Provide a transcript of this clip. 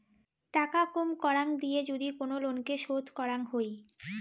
টাকা কুম করাং দিয়ে যদি কোন লোনকে শোধ করাং হই